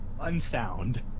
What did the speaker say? Unsound